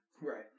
Right